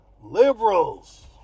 liberals